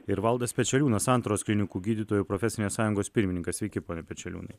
ir valdas pečeliūnas santaros klinikų gydytojų profesinės sąjungos pirmininkas sveiki pone pečeliūnai